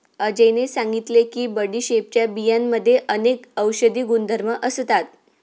अजयने सांगितले की बडीशेपच्या बियांमध्ये अनेक औषधी गुणधर्म असतात